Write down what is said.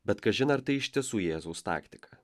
bet kažin ar tai iš tiesų jėzaus taktika